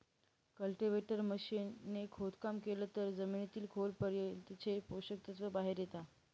cultivator machine ने खोदकाम केलं तर जमिनीतील खोल पर्यंतचे पोषक तत्व बाहेर येता